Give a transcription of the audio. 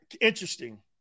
Interesting